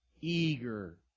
Eager